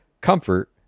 Comfort